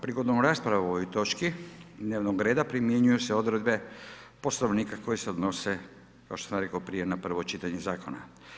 Prigodom rasprave u ovoj točki dnevnog reda primjenjuju se odredbe Poslovnika koje se odnose, kao što sam rekao prije, na prvo čitanje zakona.